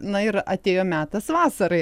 na ir atėjo metas vasarai